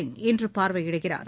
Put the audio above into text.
சிங் இன்று பார்வையிடுகிறார்